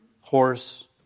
horse